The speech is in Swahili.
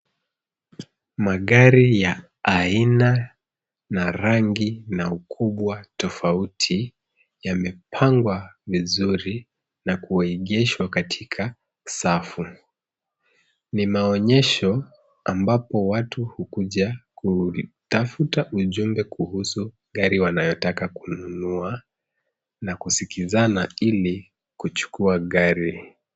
Magari ya aina na rangi na ukubwa tofauti, yamepangwa vizuri na kuegeshwa katika safu. Ni maonyesho ambapo watu hukuja kutafuta ujumbe kuhusu gari wanayotaka kununua, na kusikizana ili kuchukua gari.